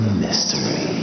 mystery